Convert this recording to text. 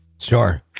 Sure